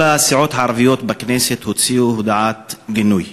כל הסיעות הערביות בכנסת הוציאו הודעת גינוי.